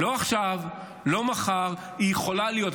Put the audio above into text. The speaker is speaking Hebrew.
לא עכשיו, לא מחר, היא יכולה להיות.